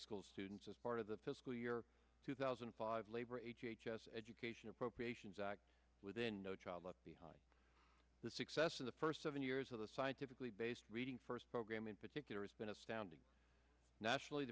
school students as part of the fiscal year two thousand and five labor h h s education appropriations act within no child left behind the success of the first seven years of the scientifically based reading first program in particular has been astounding nationally